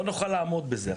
אנחנו לא נוכל לעמוד בזה.